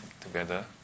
together